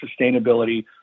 sustainability